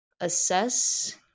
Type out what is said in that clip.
assess